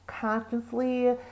consciously